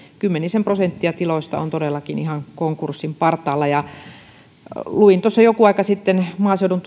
kymmenisen prosenttia tiloista on todellakin ihan konkurssin partaalla luin tuossa joku aika sitten maaseudun